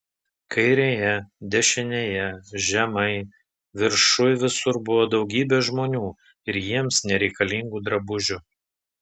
kairėje dešinėje žemai viršuj visur buvo daugybė žmonių ir jiems nereikalingų drabužių